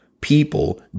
people